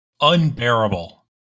unbearable